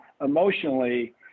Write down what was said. emotionally